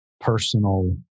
personal